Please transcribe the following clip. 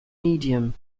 medium